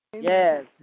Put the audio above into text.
Yes